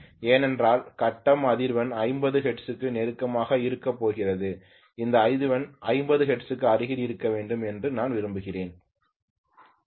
ஏனென்றால் கட்டம் அதிர்வெண் 50 ஹெர்ட்ஸுக்கு நெருக்கமாக இருக்கப் போகிறது இந்த அதிர்வெண் 50 ஹெர்ட்ஸுக்கு அருகில் இருக்க வேண்டும் என்று நான் விரும்புகிறேன்